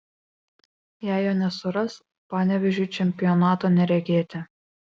jei jo nesuras panevėžiui čempionato neregėti